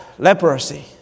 Leprosy